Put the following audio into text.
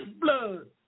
blood